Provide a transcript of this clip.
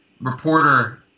reporter –